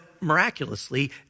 miraculously